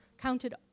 Counted